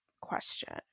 question